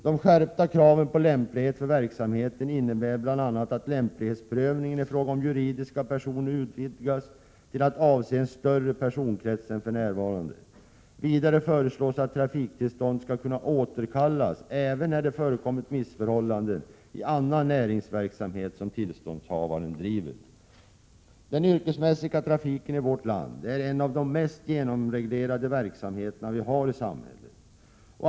De skärpta kraven på lämplighet för verksamheten innebär bl.a. att lämplighetsprövningen i fråga om juridiska personer utvidgas till att avse en större personkrets än som för närvarande är fallet. Vidare föreslås att man skall kunna återkalla trafiktillståndet även när det förekommer ett missförhållande i annan näringsverksamhet som tillståndshavaren driver. Den yrkesmässiga trafiken i vårt land är en av de mest genomreglerade verksamheter vi har i samhället.